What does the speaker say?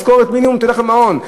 משכורת מינימום תלך למעון.